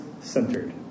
centered